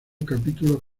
capítulos